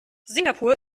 singapur